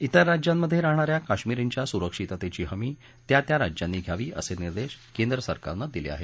ित्वर राज्यांत राहणा या कश्मीरींच्या स्रक्षिततेची हमी त्या त्या राज्यांनी घ्यावी असे निदेश केंद्र सरकारनं दिले आहेत